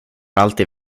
alltid